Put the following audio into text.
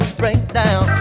breakdown